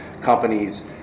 companies